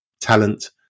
talent